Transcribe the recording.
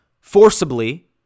forcibly